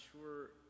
sure